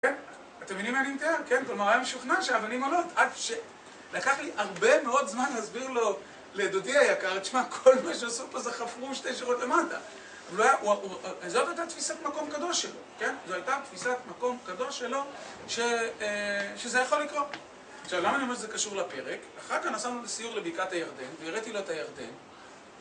אתם מבינים מה אני מתאר? כן, כלומר היה משוכנע שהאבנים עולות. עד ש... לקח לי הרבה מאוד זמן להסביר לו, לדודי היקר, תשמע, כל מה שעשו פה זה חפרו שתי שורות למטה. זאת הייתה תפיסת מקום קדוש שלו, כן? זאת הייתה תפיסת מקום קדוש שלו, שזה יכול לקרות. עכשיו, למה אני אומר שזה קשור לפרק? אחר כך נסענו לסיור לבקעת הירדן, והראתי לו את הירדן.